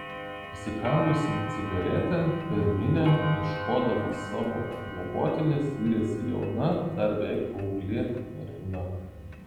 įsikandusi cigaretę per minią ieškodama savo globotinės yrėsi jauna dar beveik paauglė mergina